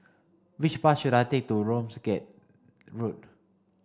which bus should I take to Ramsgate Road